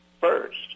first